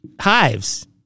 hives